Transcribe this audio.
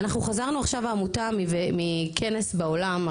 אנחנו חזרנו עכשיו העמותה מכנס בעולם,